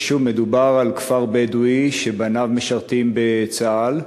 ושוב, מדובר על כפר בדואי שבניו משרתים בצה"ל.